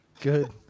Good